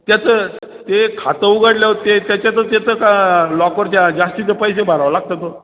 त्याचं ते खातं उघडल्यावर ते त्याच्यातच येतं का लॉकर जा जास्तीचे पैसे भरावं लागतात अहो